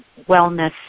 wellness